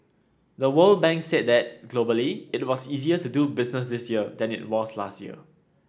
the World Bank said that globally it was easier to do business this year than it was last year